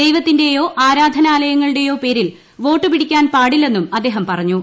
ദൈവത്തിന്റെയോ ആരാധനാലയങ്ങളുടേയോ പേരിൽ വോട്ടുപിടിക്കാൻ പാടില്ലെന്നും അദ്ദേഹം പറഞ്ഞു